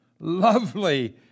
Lovely